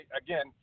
again